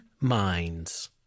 minds